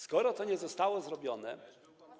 Skoro to nie zostało zrobione.